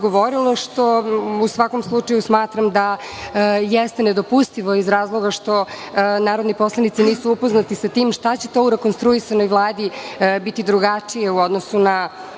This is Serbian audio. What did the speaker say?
govorilo, što u svakom slučaju smatram da jeste nedopustivo iz razloga što narodni poslanici nisu upoznati sa tim šta će to u rekonstruisanoj Vladi biti drugačije u odnosu na